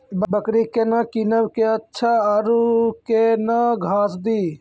बकरी केना कीनब केअचछ छ औरू के न घास दी?